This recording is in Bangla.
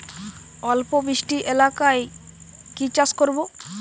অল্প বৃষ্টি এলাকায় কি চাষ করব?